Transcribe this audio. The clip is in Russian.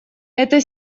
это